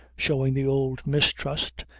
showing the old mistrust,